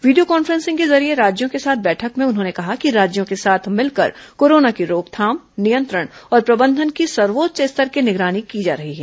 video conferencing के जरिए राज्यों के साथ बैठक में उन्होंने कहा कि राज्यों के साथ मिलकर कोरोना की रोकथाम नियंत्रण और प्रबंधन की सर्वोच्च स्तर पर निगरानी की जा रही है